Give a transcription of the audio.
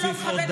את משווה?